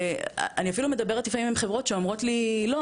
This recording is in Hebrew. אני אפילו מדברת לפעמים עם חברות שאומרות לי לא,